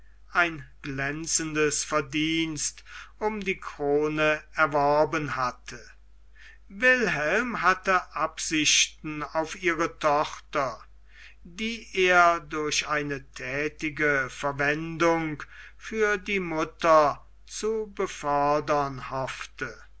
ein glänzendes verdienst um die krone erworben hatte wilhelm hatte absichten auf ihre tochter die er durch eine thätige verwendung für die mutter zu befördern hoffte